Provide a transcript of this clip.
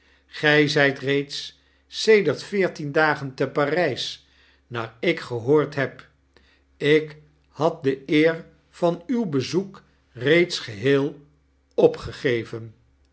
reeds sedert yeertien dagen te p ary s naar ik gehoord heb ik had de eer van uw bezoek reeds geheel opgegeven